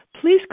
please